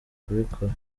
kubikora